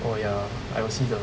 oh ya I got see the